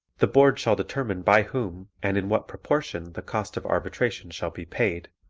the board shall determine by whom and in what proportion the cost of arbitration shall be paid,